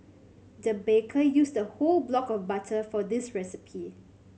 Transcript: the baker used a whole block of butter for this recipe